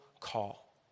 call